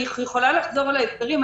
אני יכולה לחזור על ההסברים.